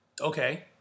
Okay